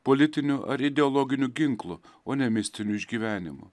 politiniu ar ideologiniu ginklu o ne mistiniu išgyvenimu